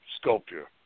sculpture